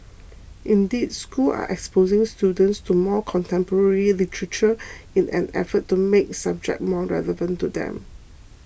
indeed schools are exposing students to more contemporary literature in an effort to make subject more relevant to them